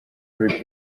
rick